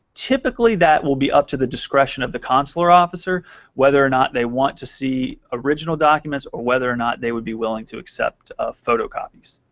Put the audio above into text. typically, that will be up to the discretion of the consular officer whether or not they want to see original documents or whether or not they would be willing to accept ah photocopies.